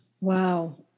Wow